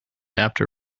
after